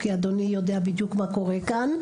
כי אדוני יודע בדיוק מה קורה כאן,